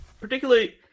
Particularly